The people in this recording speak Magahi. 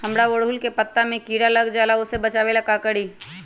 हमरा ओरहुल के पत्ता में किरा लग जाला वो से बचाबे ला का करी?